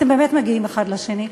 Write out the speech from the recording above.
אתם באמת מגיעים האחד לשני.